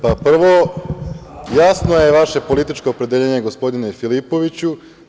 Prvo, jasno je vaše političko opredeljenje gospodine Filipoviću.